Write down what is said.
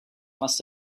must